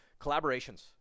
Collaborations